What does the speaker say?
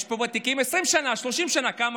יש פה ותיקים, 20 שנים, 30 שנים, נכון?